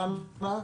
אנא,